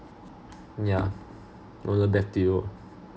yeah over back to you